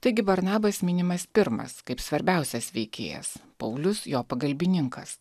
taigi barnabas minimas pirmas kaip svarbiausias veikėjas paulius jo pagalbininkas